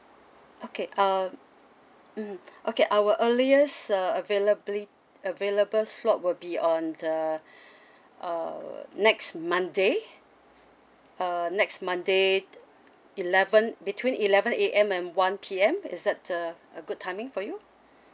okay uh mm okay our earlier sir availabili~ available slot will be on the uh next monday uh next monday eleven between eleven A_M and one P_M is that the a good timing for you